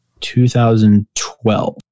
2012